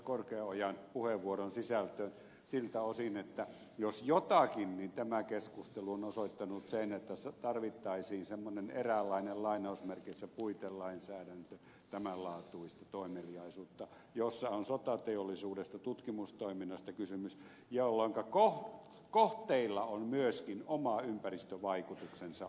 korkeaojan puheenvuoron sisältöön siltä osin että jos jotakin tämä keskustelu on osoittanut niin sen että tarvittaisiin semmoinen eräänlainen lainausmerkeissä puitelainsäädäntö tämän laatuista toimeliaisuutta varten jossa on sotateollisuudesta tutkimustoiminnasta kysymys jolloinka kohteilla on myöskin oma ympäristövaikutuksensa aina